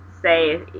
say